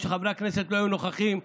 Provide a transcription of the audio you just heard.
של חברי הכנסת לא היו נוכחים,